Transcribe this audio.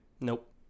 Nope